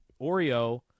Oreo